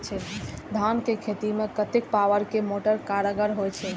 धान के खेती में कतेक पावर के मोटर कारगर होई छै?